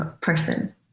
person